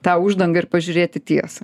tą uždangą ir pažiūrėt į tiesą